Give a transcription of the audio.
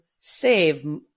save